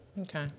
Okay